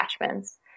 attachments